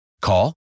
Call